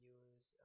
use